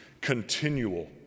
continual